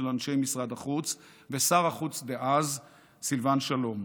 אנשי משרד החוץ ושר החוץ דאז סילבן שלום,